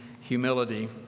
humility